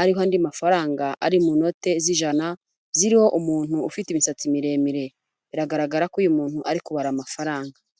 ariho andi mafaranga ari mu note z'ijana ziriho umuntu ufite imisatsi miremire biragaragara ko uyu muntu ari kubara amafaranga.